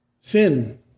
Sin